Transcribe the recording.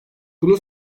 bunu